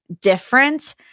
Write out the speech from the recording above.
different